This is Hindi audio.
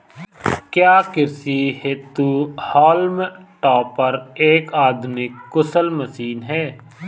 क्या कृषि हेतु हॉल्म टॉपर एक आधुनिक कुशल मशीन है?